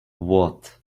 what